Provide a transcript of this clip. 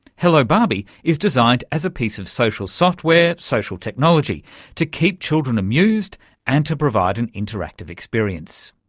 hello barbie is designed as a piece of social software social technology to keep children amused and to provide an interactive experience.